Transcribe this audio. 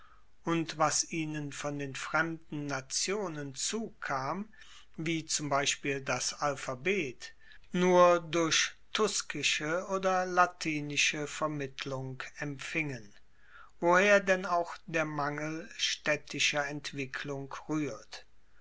und was ihnen von den fremden nationen zukam wie zum beispiel das alphabet nur durch tuskische oder latinische vermittlung empfingen woher denn auch der mangel staedtischer entwicklung ruehrt